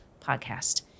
podcast